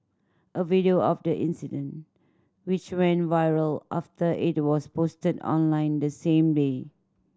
a video of the incident which went viral after it was posted online the same day